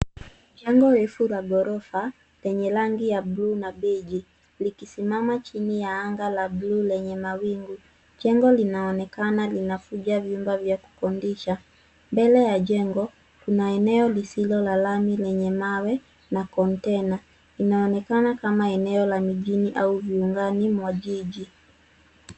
Jengo refu la ghorofa lenye rangi ya buluu na belge likisimama chini ya anga la buluu lenye mawingu. Jengo linaonekana linavunja vyumba vya kukodisha. Mbele la jengo kuna eneo lisilo la lami lenye mawe na container .Inaonekana kama eneo la mijini au viungani mwa jiji.